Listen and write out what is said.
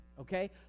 okay